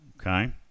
Okay